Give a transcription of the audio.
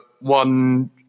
one